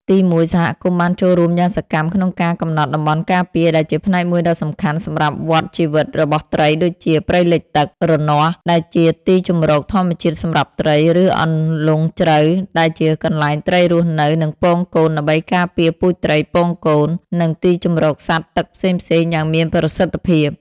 ទីមួយ សហគមន៍បានចូលរួមយ៉ាងសកម្មក្នុងការ កំណត់តំបន់ការពារ ដែលជាផ្នែកមួយដ៏សំខាន់សម្រាប់វដ្តជីវិតរបស់ត្រី ដូចជា ព្រៃលិចទឹក រនាស់ ដែលជាទីជម្រកធម្មជាតិសម្រាប់ត្រី ឬ អន្លង់ជ្រៅ ដែលជាកន្លែងត្រីរស់នៅ និងពងកូន ដើម្បីការពារពូជត្រីពងកូន និងទីជម្រកសត្វទឹកផ្សេងៗយ៉ាងមានប្រសិទ្ធភាព។